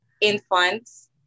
infants